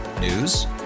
News